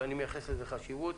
ואני מייחס לזה חשיבות,